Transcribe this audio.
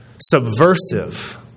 subversive